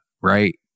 right